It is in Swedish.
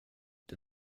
det